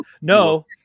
No